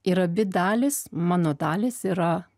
ir abi dalys mano dalys yra